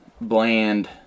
bland